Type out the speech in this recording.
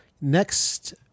Next